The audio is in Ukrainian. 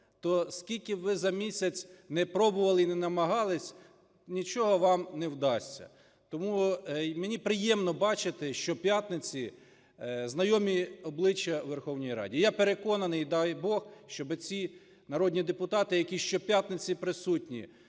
то скільки б ви за місяць не пробували і не намагалися, нічого вам не вдасться. Тому мені приємно бачити щоп'ятниці знайомі обличчя у Верховній Раді. Я переконаний, дай Бог, щоби ці народні депутати, які щоп'ятниці присутні